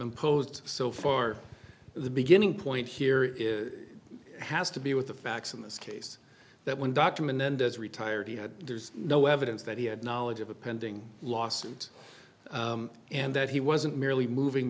been posed so far the beginning point here is has to be with the facts in this case that when dr mendez retired he had there's no evidence that he had knowledge of a pending lawsuit and that he wasn't merely moving